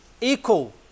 equal